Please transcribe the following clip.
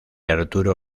arturo